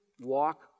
walk